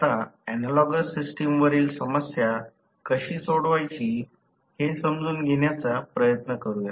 आता analogous system वरील समस्या कशी सोडवायची हे समजून घेण्याचा प्रयत्न करूया